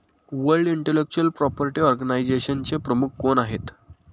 World intellectual property ऑर्गनायझेशनचे प्रमुख कोण आहेत?